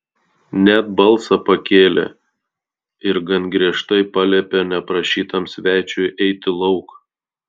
net balsą pakėlė ir gan griežtai paliepė neprašytam svečiui eiti lauk